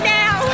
now